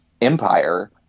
empire